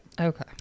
Okay